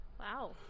Wow